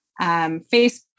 Facebook